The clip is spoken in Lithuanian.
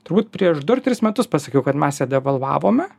turbūt prieš du ar tris metus pasakiau kad mes ją devalvavome